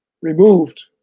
Removed